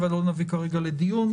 7 לא נביא כרגע לדיון.